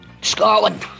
Scotland